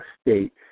State